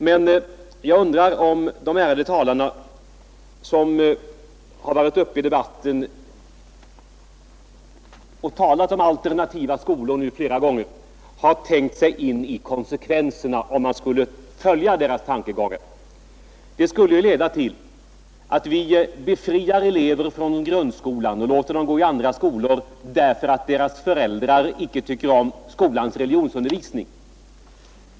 Men jag undrar om de ärade ledamöter som flera gånger varit uppe i debatten och talat för alternativa skolor har tänkt sig in i konsekvenserna om vi skulle följa deras tankegångar och låta en del elever gå i andra skolor därför att deras föräldrar inte tycker om grundskolans religionsundervisning.